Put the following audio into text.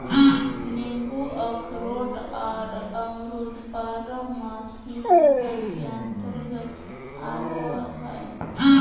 नींबू अखरोट आर अमरूद बारहमासी फसल के अंतर्गत आवय हय